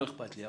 לא אכפת לי,